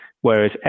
whereas